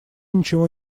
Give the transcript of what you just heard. ничего